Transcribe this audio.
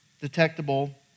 detectable